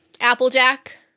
Applejack